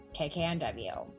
KKNW